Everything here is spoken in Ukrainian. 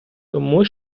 тому